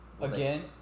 Again